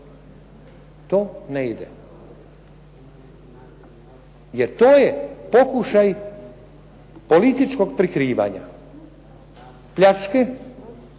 To ne ide. Jer to je pokušaj političkog prikrivanja pljačke